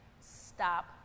stop